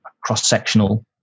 cross-sectional